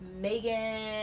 megan